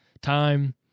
time